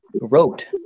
wrote